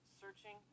searching